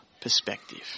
perspective